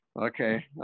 okay